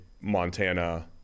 Montana